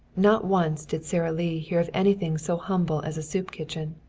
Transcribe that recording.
not once did sara lee hear of anything so humble as a soup kitchen.